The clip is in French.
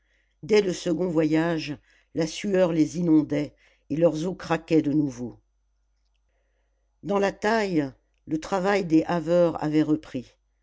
dès le second voyage la sueur les inondait et leurs os craquaient de nouveau dans la taille le travail des haveurs avait repris